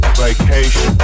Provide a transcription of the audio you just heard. vacation